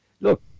Look